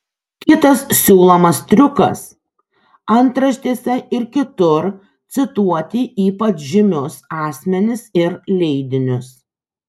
kitas siūlomas triukas antraštėse ir kitur cituoti ypač žymius asmenis ir leidinius